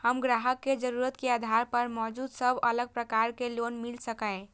हम ग्राहक के जरुरत के आधार पर मौजूद सब अलग प्रकार के लोन मिल सकये?